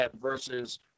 versus